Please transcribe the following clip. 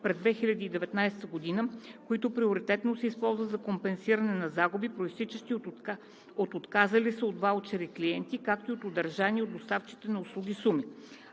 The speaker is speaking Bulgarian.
през 2019 г., които приоритетно се използват за компенсиране на загуби, произтичащи от отказали се от ваучери клиенти, както и от удържани от доставчиците на услуги суми.